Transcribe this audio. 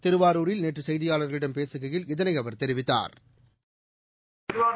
திருவாரூரில் நேற்று செய்தியாளர்களிடம் பேககையில் இதனை அவர் தெரிவித்தார்